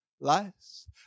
lies